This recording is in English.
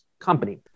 company